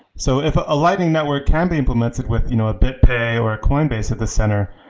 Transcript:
so if a a lightning network can be implemented with you know a bit pay or a coinbase at the center,